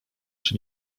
czy